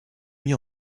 mis